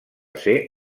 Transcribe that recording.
ser